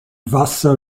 wasser